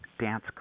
dance